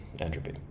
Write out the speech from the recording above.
entropy